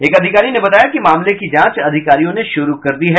एक अधिकारी ने बताया कि मामले की जांच अधिकारियों ने शुरू कर दी है